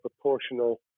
proportional